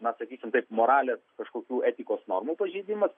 na sakysim taip moralės kažkokių etikos normų pažeidimas